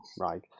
right